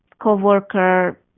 co-worker